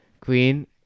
queen